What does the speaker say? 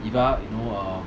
eva you know err